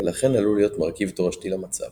ולכן עלול להיות מרכיב תורשתי למצב.